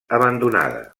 abandonada